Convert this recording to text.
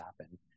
happen